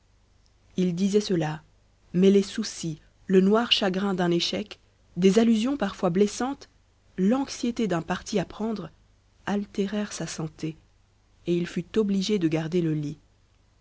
il disait cela mais les soucis le noir chagrin d'un échec des allusions parfois blessantes l'anxiété d'un parti à prendre altérèrent sa santé et il fut obligé de garder le lit